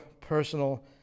personal